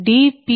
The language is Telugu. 358